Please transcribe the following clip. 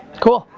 cool.